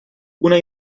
una